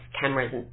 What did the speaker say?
cameras